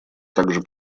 также